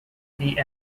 she